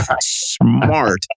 smart